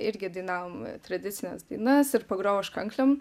irgi dainavom tradicines dainas ir pagrojau aš kanklėm